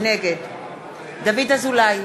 נגד דוד אזולאי,